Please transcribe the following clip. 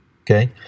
Okay